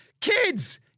Kids